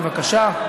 בבקשה.